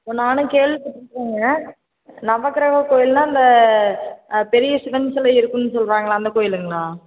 நானே கேள்விப்பட்டிருக்கேங்க நவகிரக கோயில்னால் அந்த பெரிய சிவன் சிலை இருக்குன்னு சொல்கிறாங்களே அந்த கோயிலுங்களா